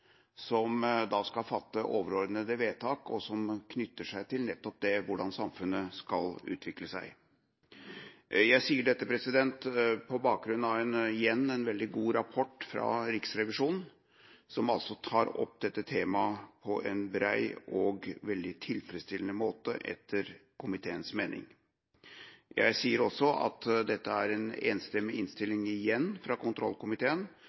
som skal fatte overordnete vedtak om hvordan samfunnet skal utvikle seg. Jeg sier dette på bakgrunn av en igjen veldig god rapport fra Riksrevisjonen, som tar opp dette temaet på en bred og veldig tilfredsstillende måte, etter komiteens mening. Dette er igjen en enstemmig innstilling fra kontrollkomiteen,